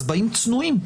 אז באים צנועים.